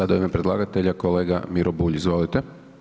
Sada u ime predlagatelja, kolega Miro Bulj, izvolite.